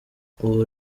ubu